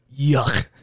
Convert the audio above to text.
yuck